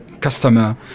customer